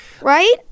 Right